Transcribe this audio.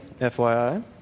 fyi